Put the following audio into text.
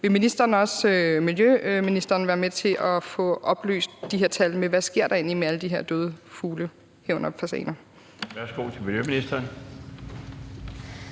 Vil miljøministeren være med til at få oplyst de her tal på, hvad der egentlig sker med alle de her døde fugle, herunder fasaner?